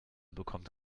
bekommt